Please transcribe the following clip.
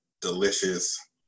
delicious